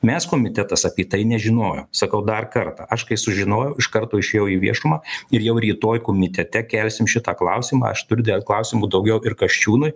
mes komitetas apie tai nežinojom sakau dar kartą aš kai sužinojau iš karto išėjau į viešumą ir jau rytoj komitete kelsim šitą klausimą aš turiu dar klausimų daugiau ir kasčiūnui